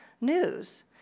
news